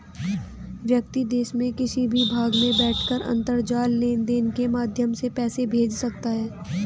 व्यक्ति देश के किसी भी भाग में बैठकर अंतरजाल लेनदेन के माध्यम से पैसा भेज सकता है